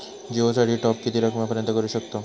जिओ साठी टॉप किती रकमेपर्यंत करू शकतव?